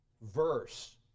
verse